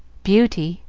beauty,